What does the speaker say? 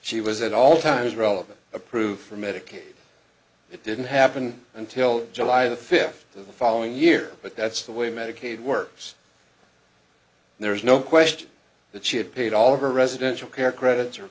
she was at all times relevant approved for medicaid it didn't happen until july the fifth of the following year but that's the way medicaid works and there's no question that she had paid all over residential care credits or